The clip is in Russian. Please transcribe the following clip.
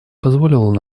позволило